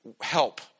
help